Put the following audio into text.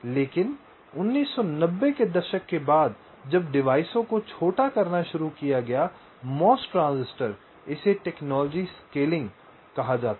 लेकिन 1990 के दशक के बाद जब डिवाइसों को छोटा करना शुरू किया गया MOS ट्रांजिस्टर इसे टेक्नोलॉजी स्केलिंग कहा जाता है